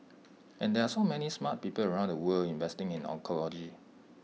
and there are so many smart people around the world investing in oncology